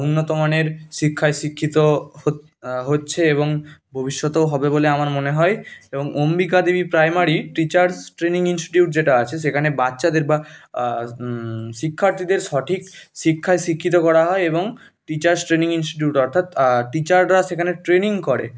উন্নত মানের শিক্ষায় শিক্ষিত হো হচ্ছে এবং ভবিষ্যতেও হবে বলে আমার মনে হয় এবং Ambika Devi primary teachers training institute যেটা আছে সেখানে বাচ্চাদের বা শিক্ষার্থীদের সঠিক শিক্ষায় শিক্ষিত করা হয় এবং টিচার্স ট্রেনিং ইনস্টিটিউট অর্থাৎ টিচাররা সেখানে ট্রেনিং করে